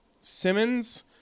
Simmons